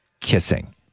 kissing